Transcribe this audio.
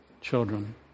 children